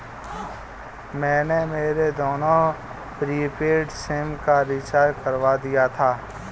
मैंने मेरे दोनों प्रीपेड सिम का रिचार्ज करवा दिया था